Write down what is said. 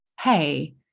Hey